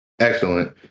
Excellent